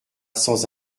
sans